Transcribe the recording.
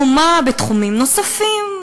עמומה בתחומים נוספים.